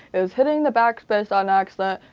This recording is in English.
is hitting the backspace on accident,